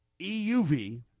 euv